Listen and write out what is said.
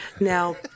Now